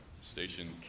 station